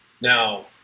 Now